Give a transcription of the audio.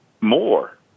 more